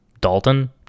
Dalton